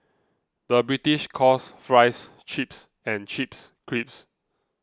the British calls Fries Chips and Chips Crisps